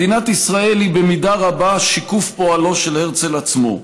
מדינת ישראל היא במידה רבה שיקוף פועלו של הרצל עצמו.